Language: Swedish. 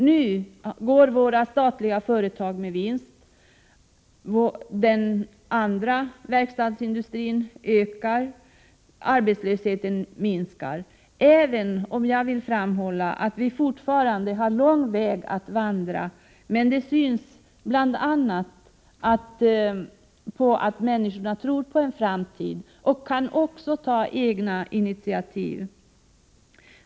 Nu går våra statliga företag med vinst, verkstadsindustrins produktion ökar och arbetslösheten minskar. Jag vill framhålla att vi fortfarande har lång väg att vandra men att människorna tror på en framtid, det märks bl.a. av att de också kan ta egna initiativ.